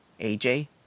aj